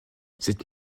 cette